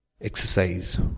exercise